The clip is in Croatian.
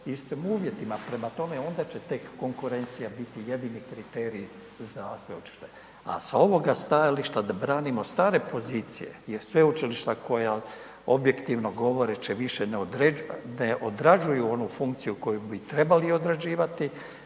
istim uvjetima. Prema tome, onda će tek konkurencija biti jedini kriterij za …/nerazumljivo/… a sa ovoga stajališta da branimo stare pozicije je sveučilišta koja objektivno govoreći više ne odrađuju onu funkciju koju bi trebali odrađivati,